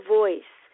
voice